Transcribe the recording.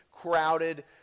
Crowded